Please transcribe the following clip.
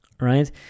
right